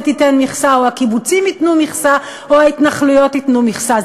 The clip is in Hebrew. תיתן מכסה או הקיבוצים ייתנו מכסה או ההתנחלויות ייתנו מכסה.